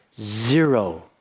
zero